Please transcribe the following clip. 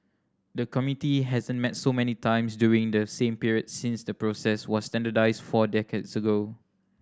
the committee hasn't met so many times during the same period since the process was standardised four decades ago